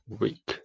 week